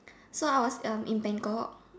so I was um in Bangkok